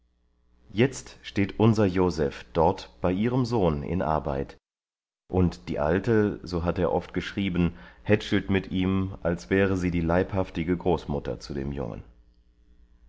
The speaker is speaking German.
jetzt steht unser joseph dort bei ihrem sohn in arbeit und die alte so hat er oft geschrieben hätschelt mit ihm als wäre sie die leibhaftige großmutter zu dem jungen